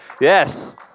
Yes